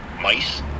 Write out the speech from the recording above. Mice